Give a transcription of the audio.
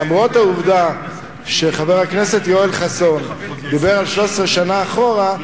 למרות העובדה שחבר הכנסת יואל חסון דיבר על 13 שנה אחורה,